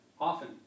Often